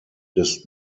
des